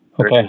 Okay